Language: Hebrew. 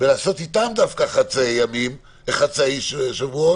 ולעשות איתם חצאי שבועות,